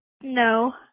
No